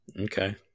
Okay